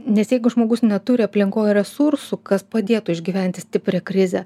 nes jeigu žmogus neturi aplinkoj resursų kas padėtų išgyventi stiprią krizę